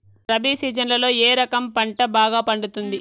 రబి సీజన్లలో ఏ రకం పంట బాగా పండుతుంది